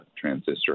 transistor